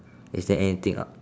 is there anything a